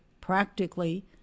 practically